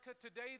today